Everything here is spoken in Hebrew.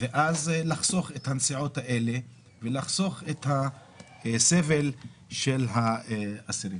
ואז לחסוך את הנסיעות האלה ולחסוך את הסבל של האסירים.